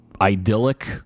idyllic